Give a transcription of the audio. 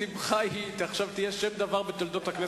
זה תוצאה של משהו שהוא קצת מעבר לנו.